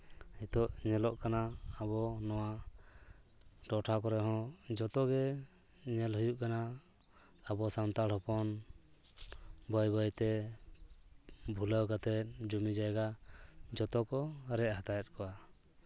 ᱱᱤᱛᱚᱜ ᱧᱮᱞᱚᱜ ᱠᱟᱱᱟ ᱟᱵᱚ ᱱᱚᱣᱟ ᱴᱚᱴᱷᱟ ᱠᱚᱨᱮ ᱦᱚᱸ ᱡᱚᱛᱚᱜᱮ ᱧᱮᱞ ᱦᱩᱭᱩᱜ ᱠᱟᱱᱟ ᱟᱵᱚ ᱥᱟᱱᱛᱟᱲ ᱦᱚᱯᱚᱱ ᱵᱟᱹᱭᱼᱵᱟᱹᱭᱛᱮ ᱵᱷᱩᱞᱟᱹᱣ ᱠᱟᱛᱮᱫ ᱡᱚᱢᱤ ᱡᱟᱭᱜᱟ ᱡᱚᱛᱚ ᱠᱚ ᱨᱮᱡ ᱦᱟᱛᱟᱣᱮᱫ ᱠᱚᱣᱟ